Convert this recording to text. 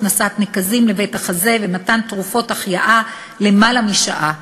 הכנסת נקזים לבית החזה ומתן תרופות החייאה למעלה משעה.